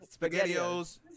SpaghettiOs